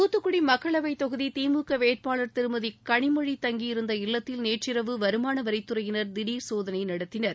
தூத்துக்குடி மக்களவைத் தொகுதி திமுக வேட்பாளர் திருமதி கனிமொழி தங்கியிருந்த இல்லத்தில் நேற்றிரவு வருமான வரித்துறையினர் திடர் சோதனை நடத்தினர்